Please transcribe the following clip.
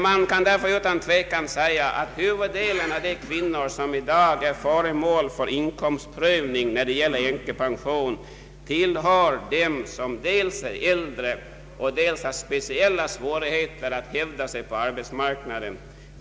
Man kan därför utan tvivel säga att huvuddelen av de kvinnor som i dag är föremål för inkomstprövning när det gäller änkepension dels är äldre och dels har speciella svårigheter att hävda sig på arbetsmarknaden.